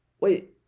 Wait